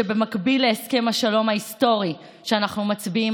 שבמקביל להסכם השלום ההיסטורי שאנחנו מצביעים